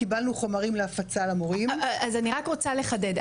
קיבלנו חומרים להפצה למורים --- אז אני רק רוצה לחדד,